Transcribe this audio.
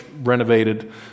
renovated